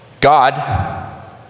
God